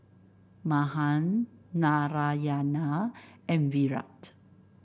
Mahan Narayana and Virat